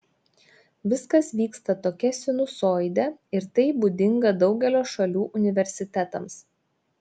viskas vyksta tokia sinusoide ir tai būdinga daugelio šalių universitetams